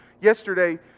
Yesterday